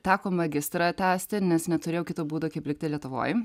teko magistrą tęsti nes neturėjau kito būdo kaip likti lietuvoj